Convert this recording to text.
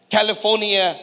California